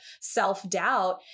self-doubt